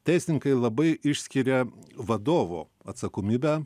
teisininkai labai išskiria vadovo atsakomybę